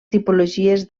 tipologies